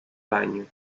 banho